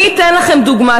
אני אתן לכם דוגמה.